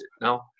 now